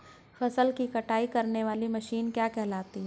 फसल की कटाई करने वाली मशीन कहलाती है?